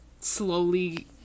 slowly